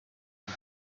rwo